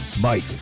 Mike